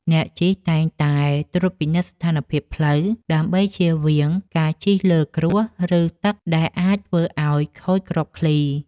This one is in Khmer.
អ្នកជិះតែងតែត្រួតពិនិត្យស្ថានភាពផ្លូវ ដើម្បីជៀសវាងការជិះលើគ្រួស ឬទឹកដែលអាចធ្វើឱ្យខូចគ្រាប់ឃ្លី។